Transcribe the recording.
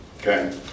Okay